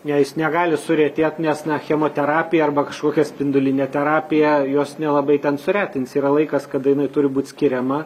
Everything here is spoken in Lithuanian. ne jis negali suretėt nes na chemoterapija arba kažkokia spindulinė terapija jos nelabai ten suretinsi yra laikas kada jinai turi būt skiriama